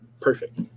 Perfect